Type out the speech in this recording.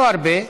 לא הרבה.